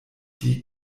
die